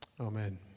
Amen